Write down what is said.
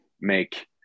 make